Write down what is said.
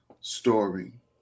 story